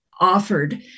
offered